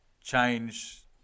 change